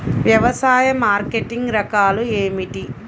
వ్యవసాయ మార్కెటింగ్ రకాలు ఏమిటి?